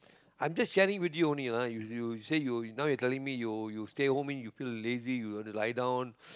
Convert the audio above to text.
I'm just sharing with you only lah you say now you're telling me you you stay home and you feel lazy you only lie down